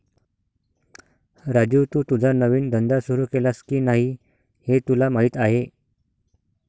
राजू, तू तुझा नवीन धंदा सुरू केलास की नाही हे तुला माहीत आहे